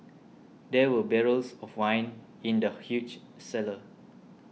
there were barrels of wine in the huge cellar